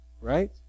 Right